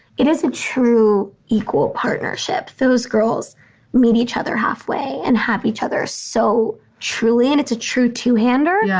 it is a true equal partnership. those girls meet each other halfway and have each other so truly. and it's a true two hander, yeah